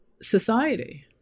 society